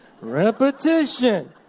repetition